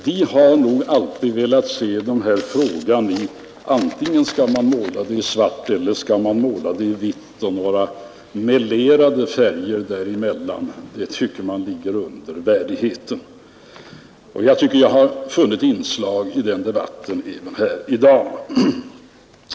De har nog alltid velat se denna fråga så att man skall måla antingen i svart eller i vitt — några melerade nyanser däremellan tycker man att det ligger under sin värdighet att presentera. Jag tycker att jag har funnit inslag av denna typ även i dagens debatt.